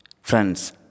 Friends